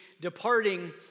departing